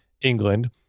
England